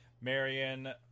Marion